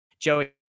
Joey